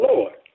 Lord